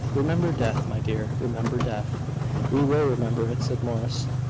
remember death, my dear remember death we will remember it, said morris,